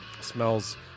Smells